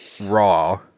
Raw